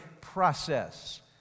process